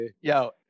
Yo